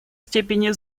степени